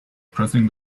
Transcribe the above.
pressing